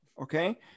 okay